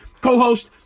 co-host